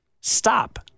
Stop